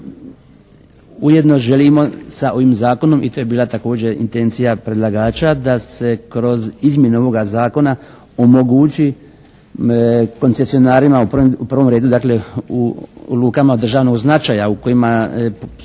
Ujedno želimo sa ovim zakonom i to je bila također intencija predlagača da se kroz izmjene ovoga zakona omogući koncesionarima u prvom redu dakle, u lukama od državnog značaja u kojima